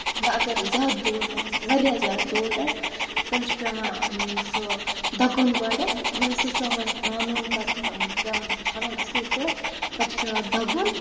وۄنۍ اَگر زیادٕ دود آسہِ واریاہ زیادٕ دود آسہِ تیٚلہِ چھ پیوان سُہ دَگُن گۄڈٕنٮ۪تھ مطلب سُہ چھُ پیوان گۄڈٕنیٹھ آنُن پَتہٕ پیوان چھُ چھلُن اَصٕل پٲٹھۍ پَتہٕ چھُ پیوان دَگُن